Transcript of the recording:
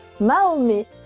Mahomet